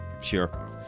Sure